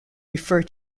refer